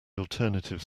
alternative